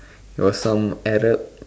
was some Arab